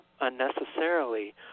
Unnecessarily